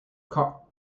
cock